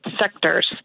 sectors